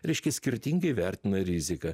reiškia skirtingai vertina riziką